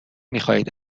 میخواهید